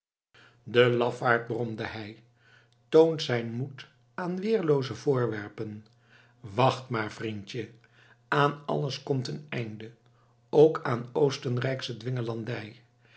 hij toont zijn moed aan weerlooze voorwerpen wacht maar vriendje aan alles komt een einde ook aan oostenrijksche